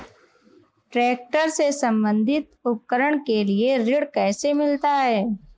Tractor से संबंधित उपकरण के लिए ऋण कैसे मिलता है?